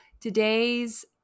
today's